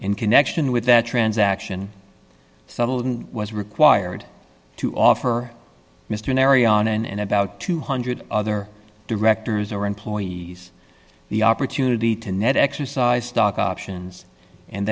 in connection with that transaction settled and was required to offer mr mariano and about two hundred other directors or employees the opportunity to net exercise stock options and